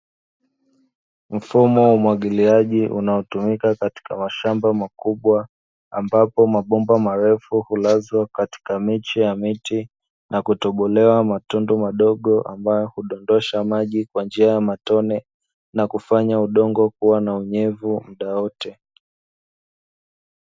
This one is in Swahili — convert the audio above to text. Mfumo wa umwagiliaji unaotumika katika mashamba makubwa, ambapo mabomba marefu hulazwa katika miche ya miti na kutobolewaa matundu madogo, ambayo hudondosha maji kwa njia ya matone na kufanya udongo kuwa na unyevu muda wote.